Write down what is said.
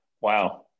Wow